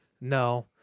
No